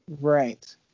Right